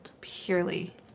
Purely